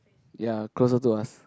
ya closer to us